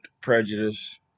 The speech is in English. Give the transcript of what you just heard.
prejudice